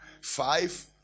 five